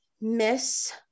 miss